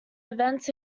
events